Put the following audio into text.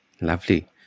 Lovely